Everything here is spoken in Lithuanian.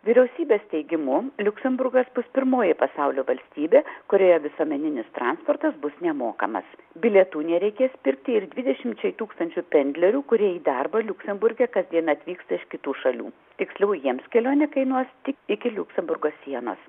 vyriausybės teigimu liuksemburgas bus pirmoji pasaulio valstybė kurioje visuomeninis transportas bus nemokamas bilietų nereikės pirkti ir dvidešimčiai tūkstančių pendlerių kurie į darbą liuksemburge kasdien atvyksta iš kitų šalių tiksliau jiems kelionė kainuos tik iki liuksemburgo sienos